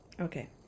Okay